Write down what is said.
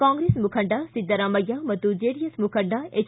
ಕಾಂಗ್ರೆಸ್ ಮುಖಂಡ ಸಿದ್ದರಾಮಯ್ಕ ಮತ್ತು ಜೆಡಿಎಸ್ ಮುಖಂಡ ಎಚ್